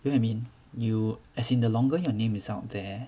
you know what I mean you as in the longer your name is out there